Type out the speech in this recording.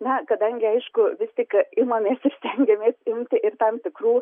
na kadangi aišku vis tik imamės ir stengiamės imti ir tam tikrų